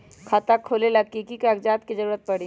खाता खोले ला कि कि कागजात के जरूरत परी?